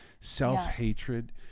Self-hatred